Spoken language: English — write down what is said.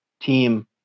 team